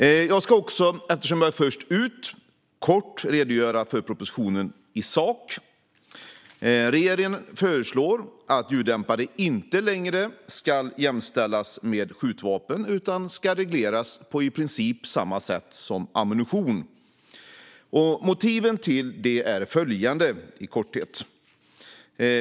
Eftersom jag är först ut i debatten ska jag också kort redogöra för propositionen i sak. Regeringen föreslår att ljuddämpare inte längre ska jämställas med skjutvapen utan ska regleras på i princip samma sätt som ammunition. Motiven till det är i korthet följande.